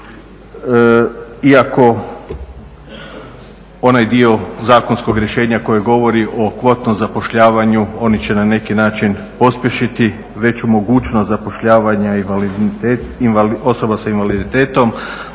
Iako onaj dio zakonskog rješenja koji govori o kvotnom zapošljavanju oni će na neki način pospješiti veću mogućnost zapošljavanja osoba sa invaliditetom,